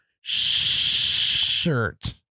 shirt